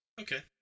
Okay